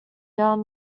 jag